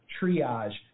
triage